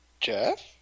Jeff